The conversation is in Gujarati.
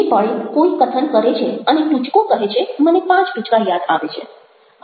જે પળે કોઈ કથન કરે છે અને ટૂચકો કહે છે મને 5 ટૂચકા યાદ આવે છે